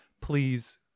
Please